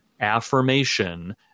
affirmation